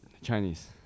Chinese